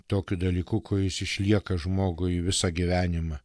tokiu dalyku kuris išlieka žmogui visą gyvenimą